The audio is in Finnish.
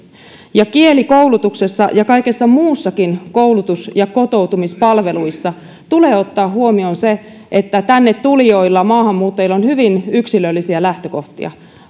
kielikoulutuksessa ja kaikissa muissakin koulutus ja kotoutumispalveluissa tulee ottaa huomioon se että tänne tulijoilla maahanmuuttajilla on hyvin yksilöllisiä lähtökohtia